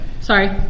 Sorry